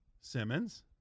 Simmons